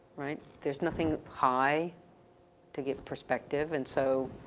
right? there's nothing high to get perspective and so,